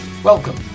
Welcome